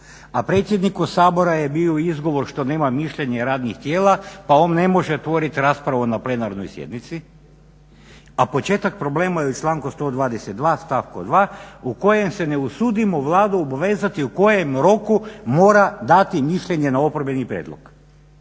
A predsjedniku Sabora je bio izgovor što nema mišljenje radnih tijela pa on ne može otvoriti raspravu na plenarnoj sjednici. A početak problema je u članku 122. stavku 2. u kojem se ne usudimo Vladu obvezati u kojem roku mora dati mišljenje na oporbeni prijedlog.